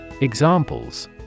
Examples